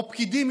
או פקידים,